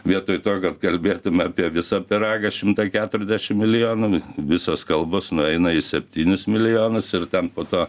vietoj to kad kalbėtum apie visą pyragą šimtą keturiasdešim milijonų visos kalbos nueina į septynis milijonus ir ten po to